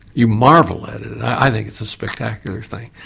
you marvel at it, i think it's a spectacular thing.